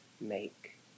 make